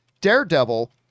Daredevil